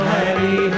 Hari